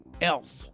else